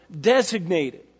designated